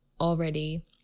already